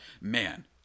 man